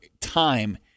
time